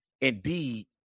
indeed